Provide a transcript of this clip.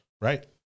right